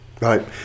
Right